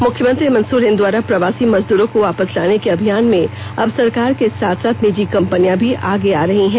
मुख्यमंत्री हेमंत सोरेन द्वारा प्रवासी मजदूरों को वापस लाने के अभियान में अब सरकार के साथ साथ निजी कंपनियां भी आगे आ रही हैं